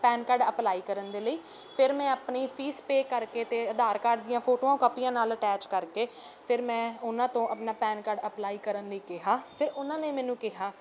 PAN card apply ਕਰਨ ਦੇ ਲਈ ਫਿਰ ਮੈਂ ਆਪਣੀ ਫੀਸ ਪੇ ਕਰਕੇ ਅਤੇ ਆਧਾਰ ਕਾਰਡ ਦੀਆਂ ਫੋਟੋਆਂ ਕਾਪੀਆਂ ਨਾਲ ਅਟੈਚ ਕਰਕੇ ਫਿਰ ਮੈਂ ਉਹਨਾਂ ਤੋਂ ਆਪਣਾ ਪੈਨ ਕਾਰਡ ਅਪਲਾਈ ਕਰਨ ਲਈ ਕਿਹਾ ਫਿਰ ਉਹਨਾਂ ਨੇ ਮੈਨੂੰ ਕਿਹਾ